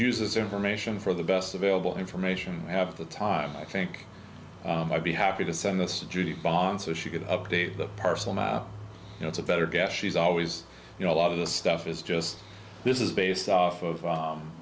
uses information for the best available information we have the time i think i'd be happy to send this to judy bond so she could update the parcel now you know to better gas she's always you know a lot of the stuff is just this is based off of